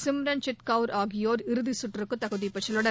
சிம்ரன்ஜித் கவுர் ஆகியோர் இறுதி சுற்றுக்கு தகுதி பெற்றுள்ளனர்